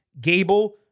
Gable